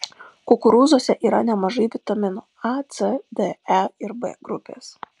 kukurūzuose yra nemažai vitaminų a c d e ir b grupės